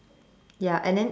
ya and then its